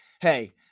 Hey